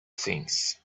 things